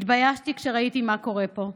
התביישתי כשראיתי מה קורה פה,